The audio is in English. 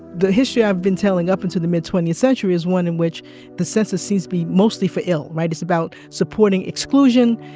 the history i've been telling up until the mid twentieth century is one in which the census seems to be mostly for ill, right? it's about supporting exclusion.